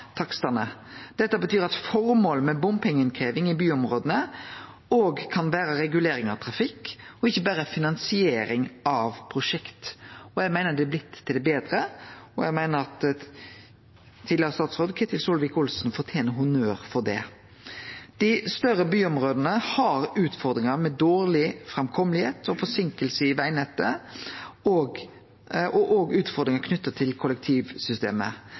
trafikk og ikkje berre finansiering av prosjekt. Eg meiner det har blitt til det betre, og eg meiner at tidlegare statsråd Ketil Solvik-Olsen fortener honnør for det. Dei større byområda har utfordringar med dårleg framkommelegheit og forseinkingar i vegnettet og òg utfordringar knytte til kollektivsystemet.